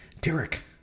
Derek